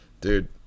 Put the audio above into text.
dude